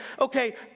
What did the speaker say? okay